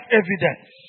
evidence